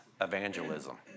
evangelism